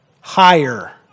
higher